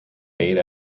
eight